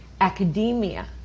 academia